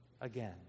again